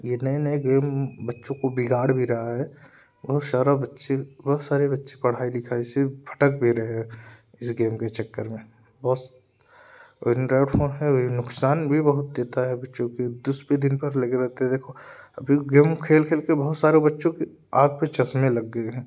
ये नए नए गेम बच्चों को बिगाड़ भी रहा है और सारा बच्चे बहुत सारे बच्चे पढ़ाई लिखाई से भटक भी रहे हैं इस गेम के चक्कर में बस एनड्रॉयड फोन है वे नुकसान भी बहुत देता है बच्चों के उस पर दिन पर लगे रहते हैं देखो अभी गेम खेल खेल के बहुत सारो बच्चों के आँख पर चश्मे लग गए हैं